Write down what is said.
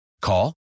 Call